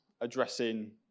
addressing